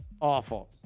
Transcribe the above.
awful